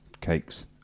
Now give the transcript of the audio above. cakes